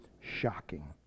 shocking